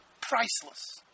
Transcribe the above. priceless